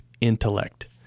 intellect